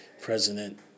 President